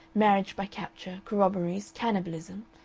marriage by capture, corroborees, cannibalism!